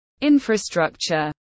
Infrastructure